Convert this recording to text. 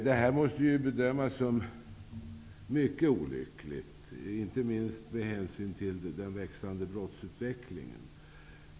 Detta måste bedömas som mycket olyckligt, inte minst med hänsyn till den växande brottsligheten.